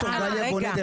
רגע --- ד"ר גליה בונה,